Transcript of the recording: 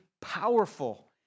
powerful